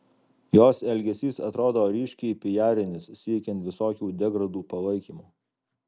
jos elgesys atrodo ryškiai pijarinis siekiant visokių degradų palaikymo